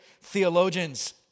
theologians